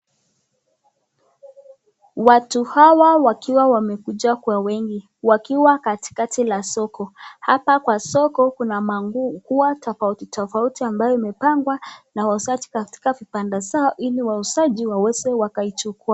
Watu hawa wakiwa wamekuja kwa wengi wakiwa katikati la soko. Hapa kwa soko kuna manguo huwa tofauti tofauti ambayo imepangwa na wauzaji katika vipanda zao ili wauzaji waweze wakaichukua.